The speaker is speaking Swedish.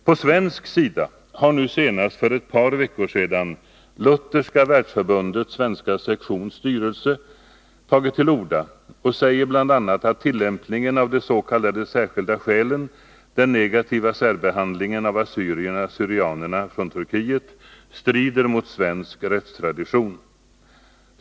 På svensk sida har nu senast för ett par veckor sedan Lutherska världsförbundets svenska sektions styrelse tagit till orda och säger bl.a. att tillämpningen av de s.k. särskilda skälen, den negativa särbehandlingen av assyrierna/syrianerna från Turkiet strider mot svensk rättstradition.